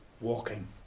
walking